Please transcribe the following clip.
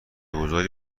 گذاری